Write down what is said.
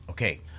Okay